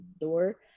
door